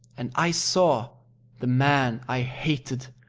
and i saw the man i hated,